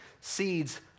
seeds